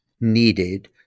needed